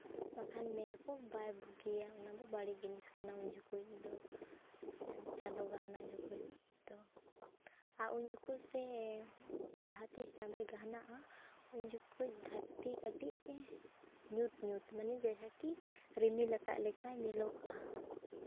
ᱵᱟᱠᱷᱟᱱ ᱢᱮᱱᱟᱠᱚ ᱵᱟᱭ ᱵᱩᱜᱤᱭᱟ ᱚᱱᱟᱫᱚ ᱵᱟᱹᱲᱤᱡᱽ ᱡᱤᱱᱤᱥ ᱠᱟᱱᱟ ᱩᱱ ᱡᱚᱠᱷᱮᱡᱽ ᱫᱚ ᱪᱟᱸᱫᱳ ᱜᱟᱦᱱᱟᱜ ᱡᱚᱠᱷᱚᱡᱽ ᱫᱚ ᱟᱨ ᱩᱱ ᱡᱚᱠᱷᱮᱡᱽ ᱥᱮ ᱡᱟᱦᱟᱸᱛᱤᱥ ᱪᱟᱸᱫᱳᱭ ᱜᱟᱦᱱᱟᱜᱼᱟ ᱩᱱ ᱡᱚᱠᱷᱮᱡᱽ ᱫᱷᱟᱹᱨᱛᱤ ᱠᱟᱹᱴᱤᱡᱽ ᱧᱩᱛᱼᱧᱩᱛ ᱢᱟᱱᱮ ᱡᱮᱭᱥᱮ ᱠᱤ ᱨᱤᱢᱤᱞ ᱟᱠᱟᱫ ᱞᱮᱠᱟ ᱧᱮᱞᱚᱜᱼᱟ